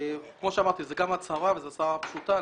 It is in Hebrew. כפי שאמרתי, זו גם הצהרה וזו הצהרה פשוטה.